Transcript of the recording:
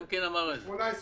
18', 19',